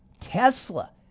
Tesla